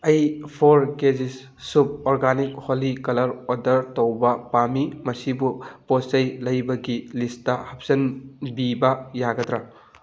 ꯑꯩ four KGs ꯁꯨꯕ organic Holi colour order ꯇꯧꯕ ꯄꯥꯝꯃꯤ ꯃꯁꯤꯕꯨ ꯄꯣꯠꯆꯩ ꯂꯩꯕꯒꯤ ꯂꯤꯁꯇ ꯍꯥꯞꯆꯟꯕꯤꯕ ꯌꯥꯒꯗ꯭ꯔꯥ